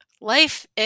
life